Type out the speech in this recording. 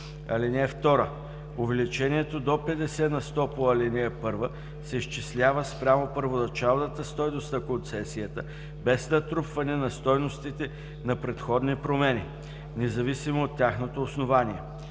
срок. (2) Увеличението до 50 на сто по ал. 1 се изчислява спрямо първоначалната стойност на концесията без натрупване на стойностите на предходни промени, независимо от тяхното основание.